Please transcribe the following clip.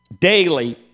Daily